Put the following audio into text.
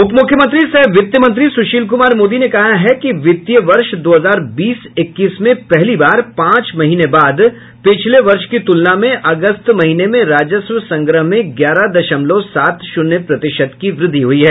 उप मुख्यमंत्री सह वित्त मंत्री सुशील कुमार मोदी ने कहा है कि वित्तीय वर्ष दो हजार बीस इक्कीस में पहली बार पांच महीने बाद पिछले वर्ष की तुलना में अगस्त महीने में राजस्व संग्रह में ग्यारह दशमलव सात शून्य प्रतिशत की वृद्धि हुई है